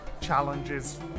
challenges